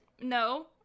no